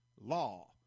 law